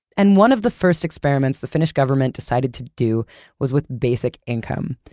and one of the first experiments the finnish government decided to do was with basic income.